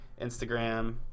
Instagram